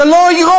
זה לא הגירעון,